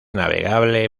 navegable